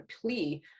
plea